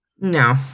No